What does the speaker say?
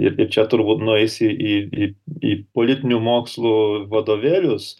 irgi čia turbūt nueisi į į į politinių mokslų vadovėlius